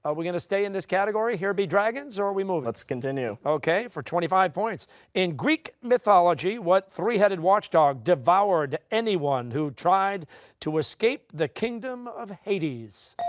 are we going to stay in this category, here be dragons, or are we moving? let's continue. costa okay, for twenty five points in greek mythology, what three-headed watchdog devoured anyone who tried to escape the kingdom of hades?